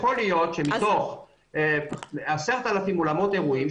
יכול להיות שמתוך 10,000 אולמות אירועים,